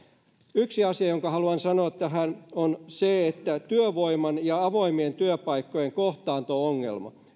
yksi asia jonka haluan sanoa tähän on se että on työvoiman ja avoimien työpaikkojen kohtaanto ongelma